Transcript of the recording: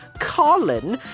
Colin